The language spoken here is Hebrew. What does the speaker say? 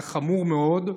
זה חמור מאוד,